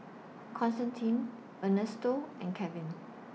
Constantine Ernesto and Kevin